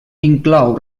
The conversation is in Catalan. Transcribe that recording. inclou